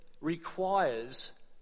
requires